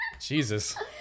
Jesus